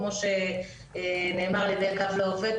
כמו שנאמר על ידי קו לעובד,